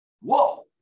Whoa